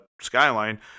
Skyline